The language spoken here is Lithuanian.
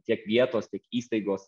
tiek vietos tiek įstaigos